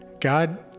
God